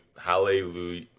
hallelujah